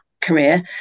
career